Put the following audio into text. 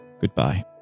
goodbye